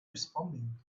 responding